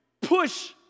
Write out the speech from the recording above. push